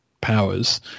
powers